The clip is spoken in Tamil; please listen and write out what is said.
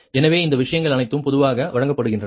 எனவே இந்த விஷயங்கள் அனைத்தும் பொதுவாக வழங்கப்படுகின்றன